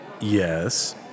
Yes